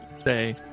say